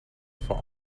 for